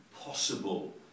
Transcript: possible